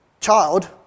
child